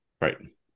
Right